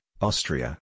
Austria